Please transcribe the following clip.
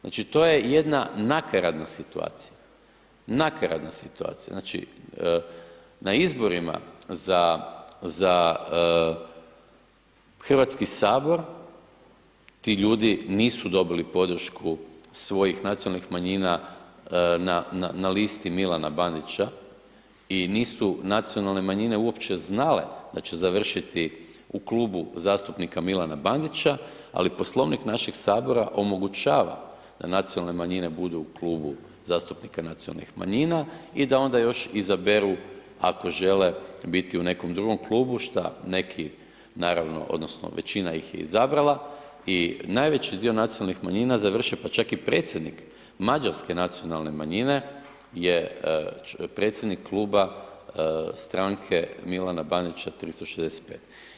Znači to je jedna nakaradna situacija, nakaradna situacija, znači na izborim za, za Hrvatski sabor ti ljudi nisu dobili podršku svojih nacionalnih manjina na listi Milana Bandića i nisu nacionalne manjine uopće znale da će završiti u Klubu zastupnika Milana Bandića, ali Poslovnik našeg sabora omogućava da nacionalne manjine budu u Klubu zastupnika nacionalnih manjina i da onda još izaberu, ako žele biti u nekom drugom klubu šta neki, naravno odnosno većina ih je izabrala i najveći dio nacionalnih manjina završe, pa čak i predsjednik Mađarske nacionalne manjine je predsjednik Kluba stranke Milana Bandića 365.